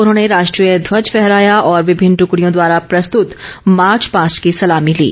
उन्होंने राष्ट्रीय ध्वज फहराया और विभिन्न दूकड़ियों द्वारा प्रस्तुत मार्च पास्ट की सलामी ली